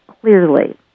clearly